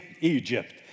Egypt